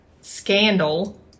Scandal